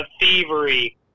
thievery